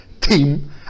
team